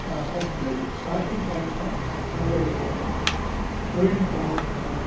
first starting point தான் நம்மளுடைய தொழில் நுட்பமாக இருக்கட்டும்